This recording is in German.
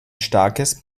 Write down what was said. starkes